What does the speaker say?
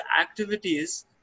activities